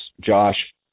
Josh